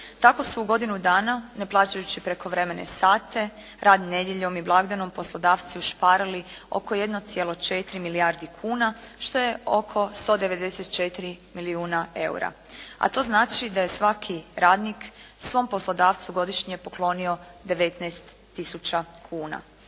Tako se u godinu dana, ne plaćajući prekovremene sate rad nedjeljom i blagdanom poslodavci ušparali oko 1,4 milijardi kuna, što je oko 194 milijuna eura, a to znači da je svaki radnik svom poslodavcu godišnje poklonio 19 tisuća kuna.